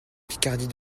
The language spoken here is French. picardie